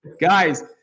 guys